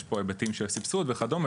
יש פה היבטים של סבסוד וכדומה,